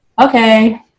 okay